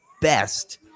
best